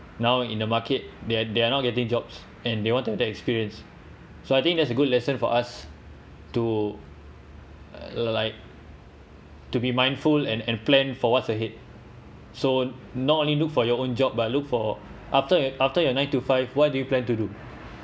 now in the market they are they are not getting jobs and they want that experience so I think that's a good lesson for us to like to be mindful and and plan for what's ahead so not only look for your own job but look for after you’re after you‘re nine to five what do you plan to do